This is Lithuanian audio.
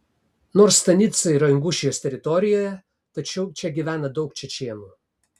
nors stanica yra ingušijos teritorijoje tačiau čia gyvena daug čečėnų